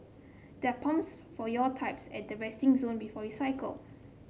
there are pumps for your types at the resting zone before you cycle